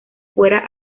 fuera